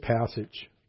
passage